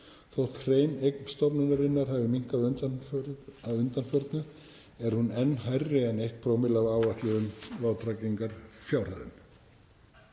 Þótt hrein eign stofnunarinnar hafi minnkað að undanförnu er hún enn hærri en 1‰ af áætluðum vátryggingarfjárhæðum.